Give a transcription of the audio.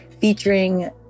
featuring